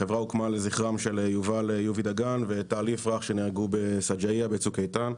החברה הוקמה לזכרם של יובל יובי דגן וטל יפרח שנהרגו בסג'עיה בצוק איתן.